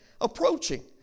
approaching